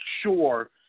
sure